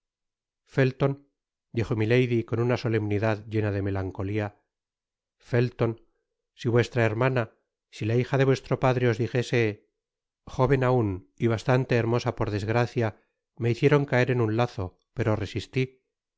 felton dijo milady con una solemnidad llena de melancolía felton si vuestra hermana si la hija de vuestro padre os dijese jóven aun y bastante hermosa por desgracia me hicieron caer en un lazo pero resistí